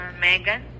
Megan